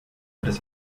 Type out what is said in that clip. tres